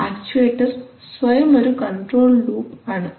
actuator സ്വയം ഒരു control loop ആണ്